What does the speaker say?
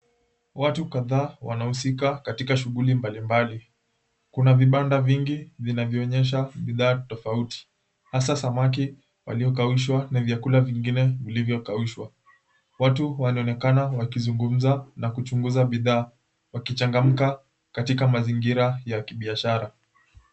Watu kadhaa wanahusika katika shughuli mbali mbali kuna vibanda vingi vinavyoonyesha bidhaa tofauti hasaa samaki waliokaushwa na vyakula vingine vilivyokaushwa watu wanaonekana wakizungumza na kuchunguza bidhaa waki changamka katika mazingira ya kibiashara.